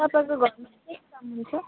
तपाईँको घरमा के के काम हुन्छ